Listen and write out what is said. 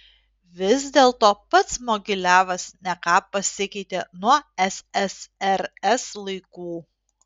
vis dėlto pats mogiliavas ne ką pasikeitė nuo ssrs laikų